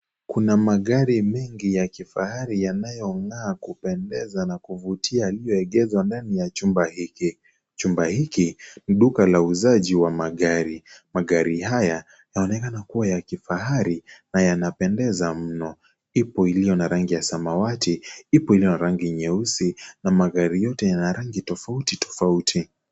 Kuna magari mengi ya kifahari yanayo ngaa kupendeza na kuvutia yaliyoegezwa ndani ya chumba hiki. Chumba hiki ni duka la uuzaji wa magari . Magari haya yaonekana kuwa ya kifahari na yanapendeza mno, ipo iliyo na rangi ya samawati, ipo iliyo na rangi nyeusi na magari yote yana rangi tofauti tofauti.